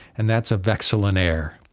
and that's a vexillonaire,